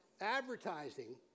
Advertising